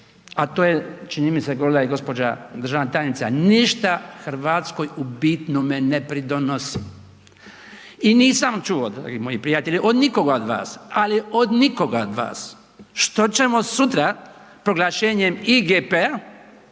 a to je, čini mi se govorila je i gospođa državna tajnica, ništa Hrvatskoj u bitnome ne pridonosi. I nisam čuo dragi moji prijatelji od nikoga od vas, ali od nikoga od vas, što ćemo sutra proglašenjem IGP-a